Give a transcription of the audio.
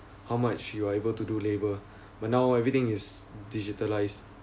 how much you are able to do labor but now everything is digitalized